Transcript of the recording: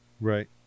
Right